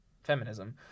feminism